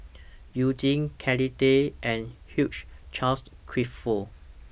YOU Jin Kelly Tang and Hugh Charles Clifford